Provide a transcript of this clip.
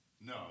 No